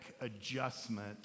adjustment